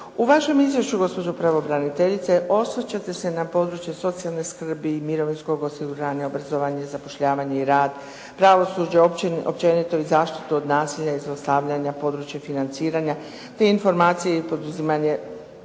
U vašem izvješću, gospođo pravobraniteljice, osvrćete se na područje socijalne skrbi i mirovinskog osiguranja, obrazovanje, zapošljavanje i rad pravosuđa općenito i zaštitu od nasilja i zlostavljanja, područje financiranja te informacije i podizanje